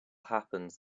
happens